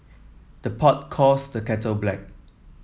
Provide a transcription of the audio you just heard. the pot calls the kettle black